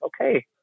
okay